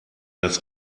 das